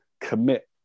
commit